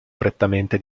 prettamente